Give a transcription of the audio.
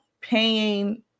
paying